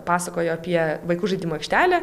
pasakojo apie vaikų žaidimų aikštelę